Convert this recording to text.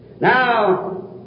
Now